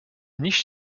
niche